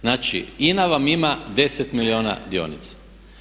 Znači INA vam ima 10 milijuna dionica.